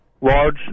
large